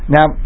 Now